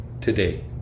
today